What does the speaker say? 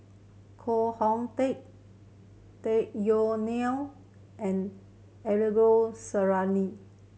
Koh Hong Teng Tung Yue Nang and Angelo Sanelli